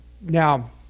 Now